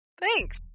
Thanks